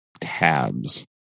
tabs